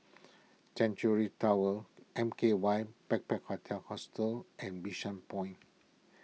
Tower M K Y Hostel and Bishan Point